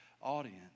audience